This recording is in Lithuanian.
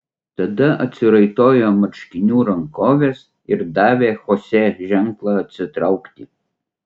tada atsiraitojo marškinių rankoves ir davė chosė ženklą atsitraukti